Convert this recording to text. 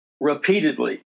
repeatedly